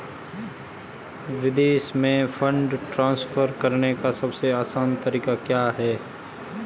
विदेश में fund transfer करने का सबसे आसान तरीका क्या है?